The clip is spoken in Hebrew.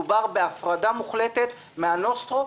מדובר בהפרדה מוחלטת מהנוסטרו,